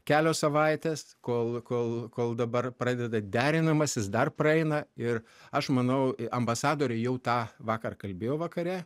kelios savaitės kol kol kol dabar pradeda derinimasis dar praeina ir aš manau ambasadoriai jau tą vakar kalbėjo vakare